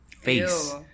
face